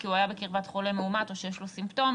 כי הוא היה בקרבת חולה מאומת או שיש לו סימפטומים,